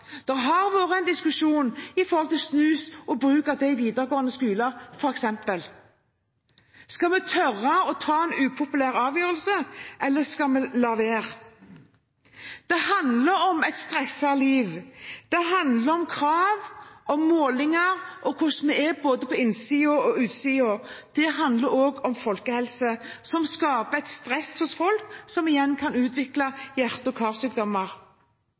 Det har vært en diskusjon om snus og bruk av det i videregående skole, f.eks. Skal vi tørre å ta en upopulær avgjørelse, eller skal vi la være? Det handler om et stresset liv. Det handler om krav, om målinger og hvordan vi er både på innsiden og utsiden. Det handler også om folkehelse, som skaper et stress hos folk, som igjen kan utvikle hjerte- og karsykdommer.